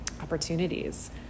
opportunities